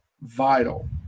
vital